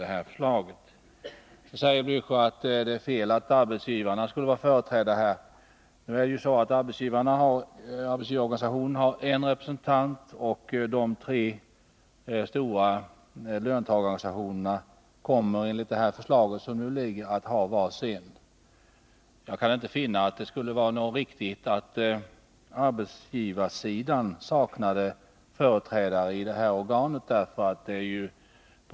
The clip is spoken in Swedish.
Nu säger herr Blächer att det är fel att arbetsgivarna skall vara företrädda. Arbetsgivarorganisationerna har nu en representant. Enligt förslaget skulle de tre stora löntagarorganisationerna få var sin representant. Jag kan inte finna att det skulle vara riktigt om arbetsgivarsidan saknade företrädare i det här organet.